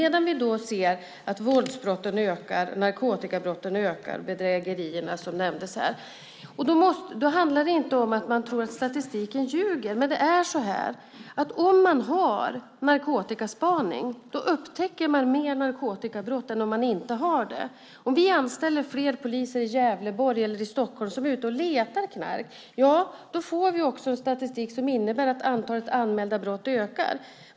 Men vi ser att våldsbrotten, narkotikabrotten och bedrägerierna ökar, som nämndes här. Då handlar det inte om att man tror att statistiken ljuger. Men om man har narkotikaspaning upptäcker man mer narkotikabrott än om man inte har det. Om vi anställer fler poliser i Gävleborg eller i Stockholm som är ute och letar knark får vi också en statistik som visar att antalet anmälda brott ökar.